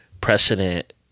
Precedent